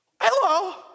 Hello